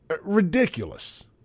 Ridiculous